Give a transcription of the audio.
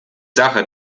sache